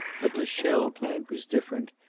but the shell plant was different.